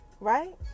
right